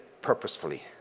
purposefully